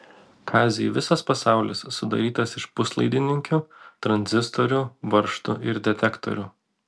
kaziui visas pasaulis sudarytas iš puslaidininkių tranzistorių varžtų ir detektorių